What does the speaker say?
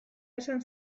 esan